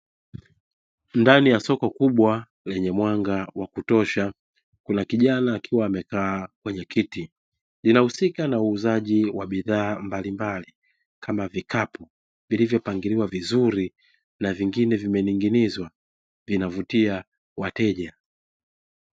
Ndani ya soko kubwa lenye mwanga wakutosha kuna kijana akiwa amekaa kwenye kiti, linahusika na uuzaji wa bidhaa mbalimbali kama vikapu vilivyopangiliwa vizuri na vingine vimening'inizwa vinavyovutia wateja.